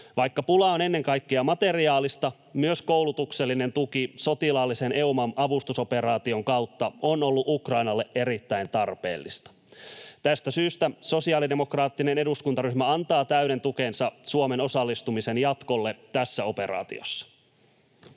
Vaikka pula on ennen kaikkea materiaalista, myös koulutuksellinen tuki sotilaallisen EUMAM-avustusoperaation kautta on ollut Ukrainalle erittäin tarpeellista. Tästä syystä sosiaalidemokraattinen eduskuntaryhmä antaa täyden tukensa Suomen osallistumisen jatkolle tässä operaatiossa.